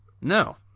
No